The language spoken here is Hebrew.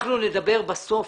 אנחנו נדבר בסוף.